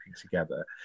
together